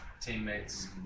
Teammates